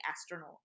astronaut